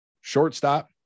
shortstop